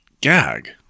gag